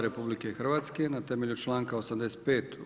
RH na temelju članka 85.